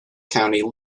county